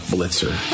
Blitzer